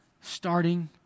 starting